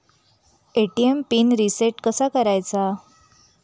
ATM pin reset कसा करायचा?